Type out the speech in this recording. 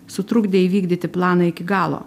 sutrukdė įvykdyti planą iki galo